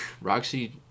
Roxy